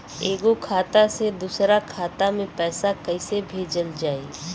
एगो खाता से दूसरा खाता मे पैसा कइसे भेजल जाई?